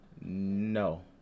No